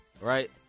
right